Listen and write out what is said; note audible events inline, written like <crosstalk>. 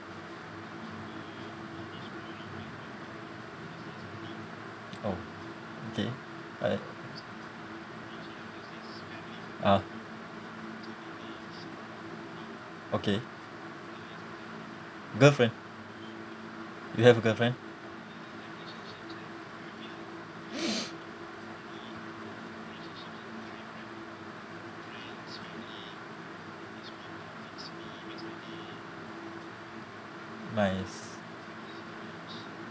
oh okay alright ah okay girlfriend do you have a girlfriend <noise> nice